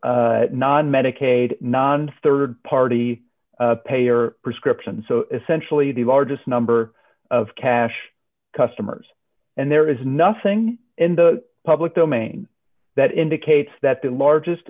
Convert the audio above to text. non medicaid non rd party payer prescriptions so essentially the largest number of cash customers and there is nothing in the public domain that indicates that the largest